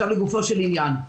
לגופו של עניין,